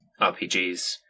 RPGs